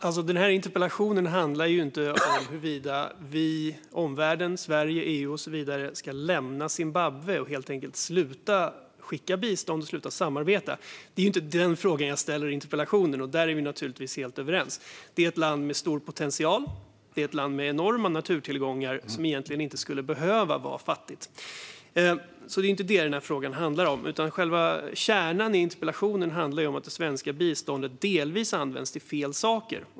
Fru talman! Interpellationen handlar ju inte om huruvida vi - omvärlden, Sverige, EU och så vidare - ska lämna Zimbabwe och helt enkelt sluta skicka bistånd och sluta samarbeta. Det är inte den frågan jag ställer i interpellationen, för där är vi helt överens. Zimbabwe är ett land med stor potential. Det är ett land med enorma naturtillgångar som egentligen inte behöver vara fattigt. Det är alltså inte det frågan handlar om, utan själva kärnan i interpellationen handlar om att det svenska biståndet delvis används till fel saker.